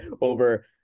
over